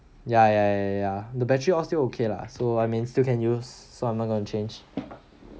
ya ya ya the battery all still okay lah so I mean still can use so I'm not going to change